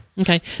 Okay